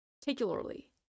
particularly